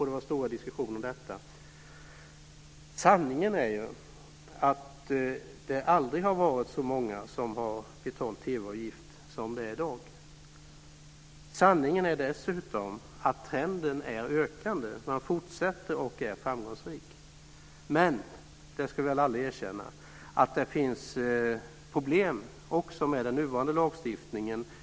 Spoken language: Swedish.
Det var stora diskussioner om detta. Sanningen är ju att det aldrig har varit så många som betalar TV-avgift som det är i dag. Sanningen är dessutom att trenden är ökande. Man fortsätter och är framgångsrik. Men, det ska vi alla erkänna, det finns också problem med den nuvarande lagstiftningen.